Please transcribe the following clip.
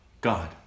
God